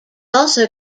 also